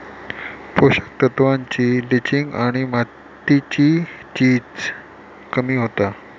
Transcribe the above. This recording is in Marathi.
पोषक तत्त्वांची लिंचिंग आणि मातीची झीज कमी होता